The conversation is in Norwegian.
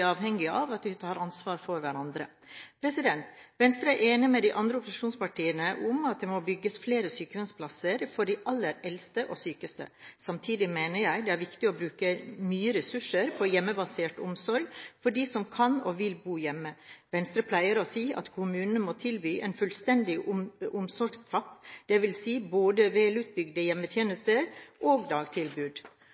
avhengig av at vi tar ansvar for hverandre. Venstre er enig med de andre opposisjonspartiene i at det må bygges flere sykehjemsplasser for de aller eldste og sykeste. Samtidig mener jeg det er viktig å bruke mye ressurser på hjemmebasert omsorg for dem som kan og vil bo hjemme. Venstre pleier å si at kommunene må tilby en fullstendig omsorgstrapp, dvs. både